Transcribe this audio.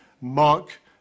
mark